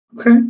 Okay